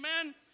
Amen